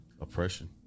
Oppression